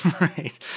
Right